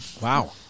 Wow